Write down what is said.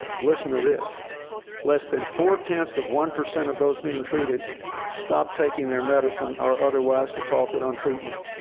listen to this less than four-tenths of one percent of those being treated stopped taking their medicine or otherwise defaulted on treatment.